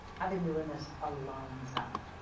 i've been doing this a long time.